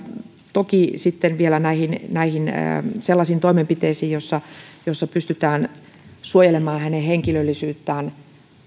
toki vielä sellaisiin toimenpiteisiin joissa pystytään suojelemaan hänen henkilöllisyyttään